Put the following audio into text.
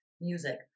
music